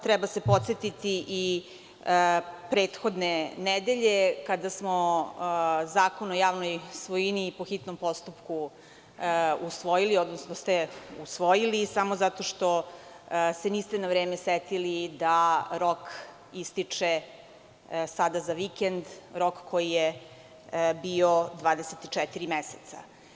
Treba se podsetiti i prethodne nedelje, kada smo Zakon o javnoj svojini po hitnom postupku usvojili, odnosno ste usvojili samo zato što se niste na vreme setili da rok ističe sada za vikend, rok koji je bio 24 meseca.